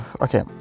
Okay